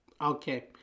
Okay